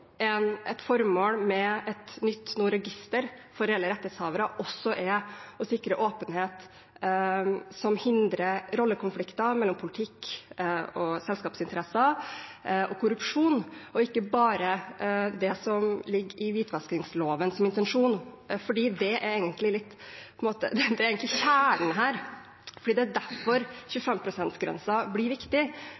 også er å sikre åpenhet, som hindrer rollekonflikter mellom politikk og selskapsinteresser og korrupsjon, og ikke bare det som er intensjonen i hvitvaskingsloven, for det er egentlig kjernen i dette. Det er